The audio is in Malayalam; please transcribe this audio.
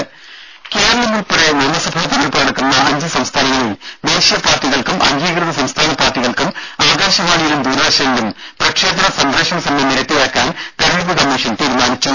രുര കേരളമുൾപ്പെടെ നിയമസഭാ തെരഞ്ഞെടുപ്പ് നടക്കുന്ന അഞ്ച് സംസ്ഥാനങ്ങളിൽ ദേശീയ പാർട്ടികൾക്കും അംഗീകൃത സംസ്ഥാന പാർട്ടികൾക്കും ആകാശവാണിയിലും ദൂരദർശനിലും പ്രക്ഷേപണ സംപ്രേഷണ സമയം ഇരട്ടിയാക്കാൻ തെരഞ്ഞെടുപ്പ് കമ്മീഷൻ തീരുമാനിച്ചു